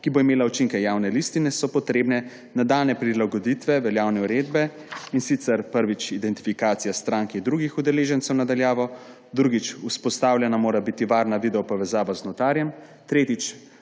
ki bo imela učinke javne listine, so potrebne nadaljnje prilagoditve veljavne uredbe. In sicer prvič: identifikacija stranke drugih udeležencev na daljavo. Drugič: vzpostavljena mora biti varna videopovezava z notarjem. Tretjič: